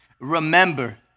Remember